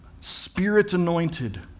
spirit-anointed